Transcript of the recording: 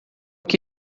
que